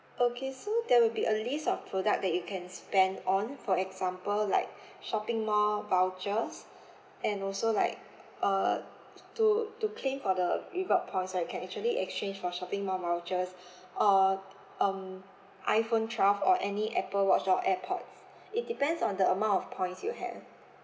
okay so there will be a list of product that you can spend on for example like shopping mall vouchers and also like uh to to claim for the reward points right you can actually exchange for shopping mall vouchers uh um iphone twelve or any apple watch or airpod it depends on the amount of points you have